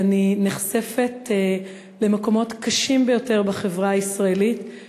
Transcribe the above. אני נחשפת למקומות קשים ביותר בחברה הישראלית.